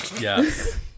Yes